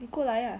你过来啊